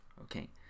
Okay